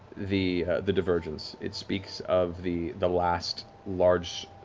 the the divergence, it speaks of the the last large